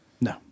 No